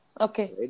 Okay